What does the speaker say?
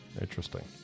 Interesting